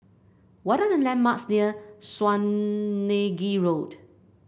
what are the landmarks near Swanage Road